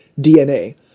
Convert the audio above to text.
DNA